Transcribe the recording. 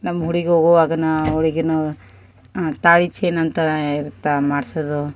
ನಮ್ಮ ಹುಡುಗಿ ಹೋಗವಾಗನಾ ಅವಳಿಗೇನು ತಾಳಿ ಚೈನ್ ಅಂತ ಇರತ್ತೆ ಮಾಡಿಸಿದ್ದು